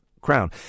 crown